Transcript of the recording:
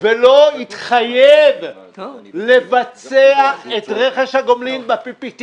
ולא יתחייב לבצע את רכש הגומלין ב-PPP,